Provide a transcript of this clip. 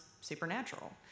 Supernatural